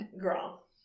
girl